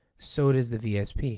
so does the vsp.